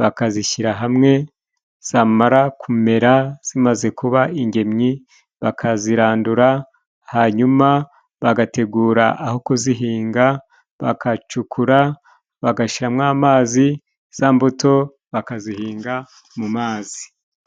bakazishyira hamwe. Zamara kumera, zimaze kuba ingemwe, bakazirandura hanyuma bagategura aho kuzihinga, bagacukura, bagashiramo amazi za mbuto bakazihinga mu mazi.